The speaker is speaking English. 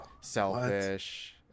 selfish